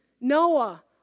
Noah